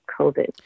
COVID